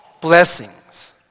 blessings